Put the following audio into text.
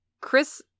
Chris